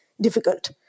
difficult